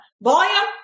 volume